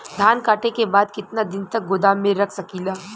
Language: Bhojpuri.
धान कांटेके बाद कितना दिन तक गोदाम में रख सकीला?